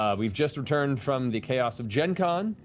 um we've just returned from the chaos of gen con,